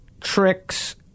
tricks